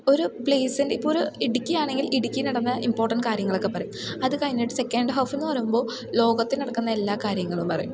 ഒരു പ്ലേസിൻ്റെ ഇപ്പോഴൊരു ഇടുക്കിയാണെങ്കിൽ ഇടുക്കിയിൽ നടന്ന ഇമ്പോർട്ടൻറ്റ് കാര്യങ്ങളൊക്കെ പറയും അതു കഴിഞ്ഞിട്ട് സെക്കൻഡ് ഹാഫെന്നു പറയുമ്പോൾ ലോകത്തിൽ നടക്കുന്ന എല്ലാ കാര്യങ്ങളും പറയും